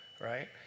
right